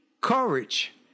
Courage